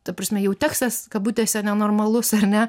ta prasme jau teksas kabutėse nenormalus ar ne